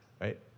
right